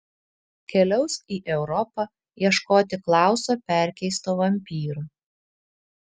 keliaus į europą ieškoti klauso perkeisto vampyro